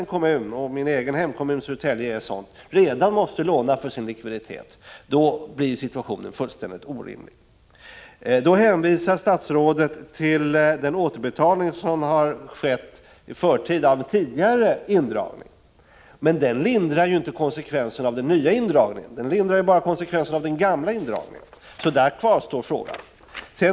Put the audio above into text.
en kommun — min hemkommun Södertälje är en sådan — måste låna redan för sin likviditet blir situationen helt orimlig. Då hänvisar statsrådet till den återbetalning som har skett i förtid av tidigare indragning. Men den lindrar ju inte konsekvensen av den nya indragningen utan bara konsekvensen av den gamla. Därför kvarstår frågan.